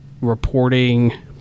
reporting